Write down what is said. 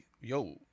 yo